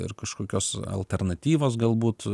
ir kažkokios alternatyvos galbūt